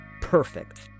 Perfect